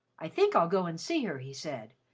i think i'll go and see her, he said,